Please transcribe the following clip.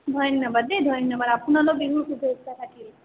ধন্যবাদ দেই ধন্যবাদ আপোনালৈও বিহুৰ শুভেচ্ছা থাকিল